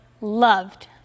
loved